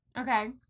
Okay